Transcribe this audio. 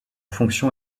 fonction